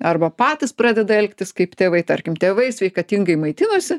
arba patys pradeda elgtis kaip tėvai tarkim tėvai sveikatingai maitinosi